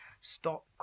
stop